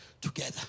together